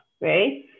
right